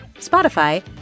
Spotify